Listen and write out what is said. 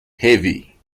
heavy